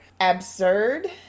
Absurd